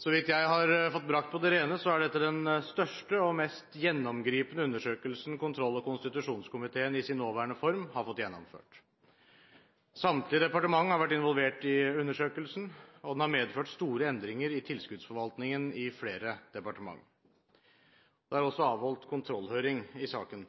Så vidt jeg har fått brakt på det rene, er dette den største og mest gjennomgripende undersøkelsen kontroll- og konstitusjonskomiteen i sin nåværende form har fått gjennomført. Samtlige departementer har vært involvert i undersøkelsen, og den har medført store endringer i tilskuddsforvaltningen i flere departementer. Det er også avholdt kontrollhøring i saken.